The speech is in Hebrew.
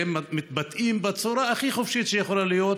שמתבטאים בצורה הכי חופשית שיכולה להיות,